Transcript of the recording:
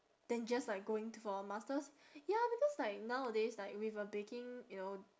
then just like going for a master's ya because like nowadays like with a baking you know